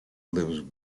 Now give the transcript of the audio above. lives